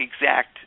exact